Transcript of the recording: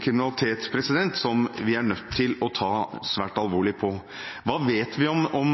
kriminalitet, som vi er nødt til å ta svært alvorlig. Hva vet vi så om